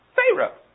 Pharaoh